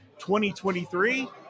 2023